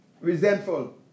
Resentful